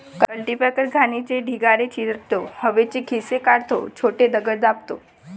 cultipacker घाणीचे ढिगारे चिरडतो, हवेचे खिसे काढतो, छोटे दगड दाबतो